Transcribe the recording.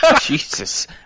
Jesus